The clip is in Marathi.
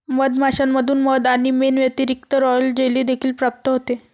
मधमाश्यांमधून मध आणि मेण व्यतिरिक्त, रॉयल जेली देखील प्राप्त होते